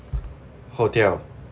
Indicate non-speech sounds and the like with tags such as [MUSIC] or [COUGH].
[NOISE] hotel